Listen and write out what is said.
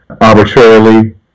arbitrarily